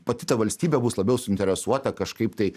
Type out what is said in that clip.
pati ta valstybė bus labiau suinteresuota kažkaip tai